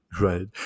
right